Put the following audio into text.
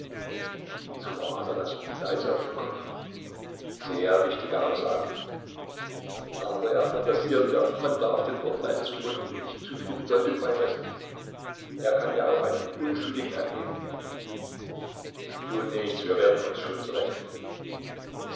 und eis auf den kopf sehr wichtige aussagen aber er phantasiert ja man darf den worten eines verrückten nicht zu viel bedeutung beimessen er kann ja auch einen unschuldigen angeben tut nichts wir werden uns schon zurechtfinden